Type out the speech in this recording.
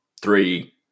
three